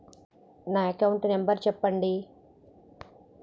నా account number చెప్పండి?